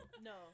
No